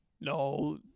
No